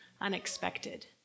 unexpected